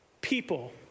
People